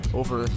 over